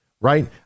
Right